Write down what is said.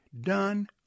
Done